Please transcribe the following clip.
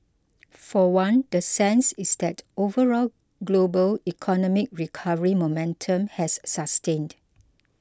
for one the sense is that overall global economic recovery momentum has sustained